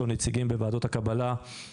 בוקר טוב או יותר נכון כמעט צוהריים טובים.